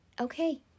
okay